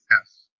Yes